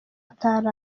atari